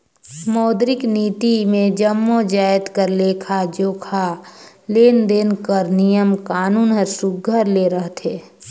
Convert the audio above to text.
मौद्रिक नीति मे जम्मो जाएत कर लेखा जोखा, लेन देन कर नियम कानून हर सुग्घर ले रहथे